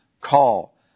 call